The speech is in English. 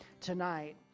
tonight